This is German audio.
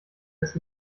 dass